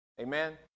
Amen